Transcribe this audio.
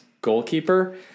goalkeeper